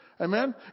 Amen